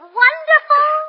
wonderful